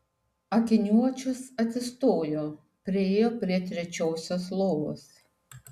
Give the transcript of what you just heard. akiniuočius atsistojo priėjo prie trečiosios lovos